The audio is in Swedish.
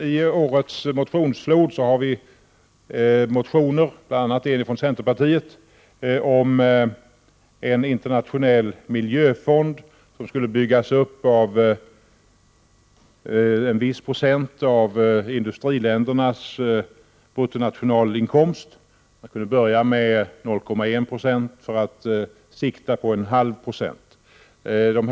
I årets motionsflod har vi motioner, bl.a. från centerpartiet, om en internationell miljöfond som skulle byggas upp av en viss procent av industriländernas bruttonationalinkomst; man kunde börja med 0,1 90 och sikta mot 0,5 96.